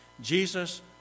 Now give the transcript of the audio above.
Jesus